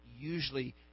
usually